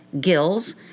gills